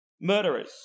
Murderers